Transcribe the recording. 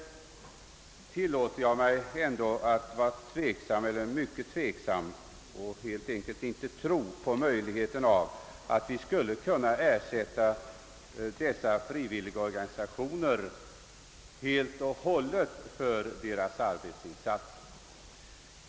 Jag tillåter mig ändå att vara mycket tveksam eller att helt enkelt inte tro på möjligheten av att vi skulle kunna ersätta dessa frivilliga organisationer helt och hållet för deras arbetsinsatser.